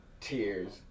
tears